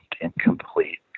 incomplete